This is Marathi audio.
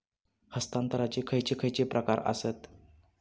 हस्तांतराचे खयचे खयचे प्रकार आसत?